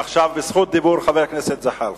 עכשיו ברשות דיבור חבר הכנסת זחאלקה.